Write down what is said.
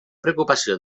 preocupació